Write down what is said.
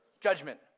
Judgment